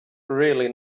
really